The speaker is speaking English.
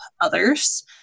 others